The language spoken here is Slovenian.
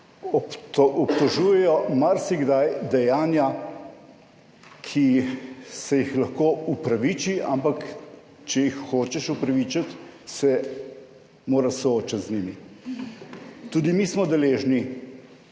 obtožujejo marsikdaj dejanja, ki se jih lahko upraviči, ampak če jih hočeš opravičiti, se moraš soočiti z njimi. Tudi mi smo deležni